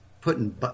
putting